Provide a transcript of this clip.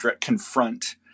confront